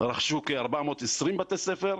רכשו כ-420 בתי ספר,